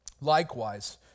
Likewise